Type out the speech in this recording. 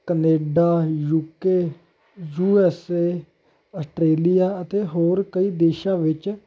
Canada U K U S A Australia ਅਤੇ ਹੋਰ ਕਈ ਦੇਸ਼ਾਂ ਵਿੱਚ